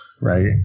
right